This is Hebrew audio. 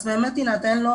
אז יינתן לו